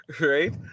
right